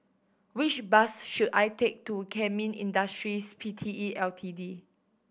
which bus should I take to Kemin Industries P T E L T D